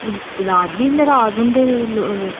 रिश्तेदार बी नराज होंदे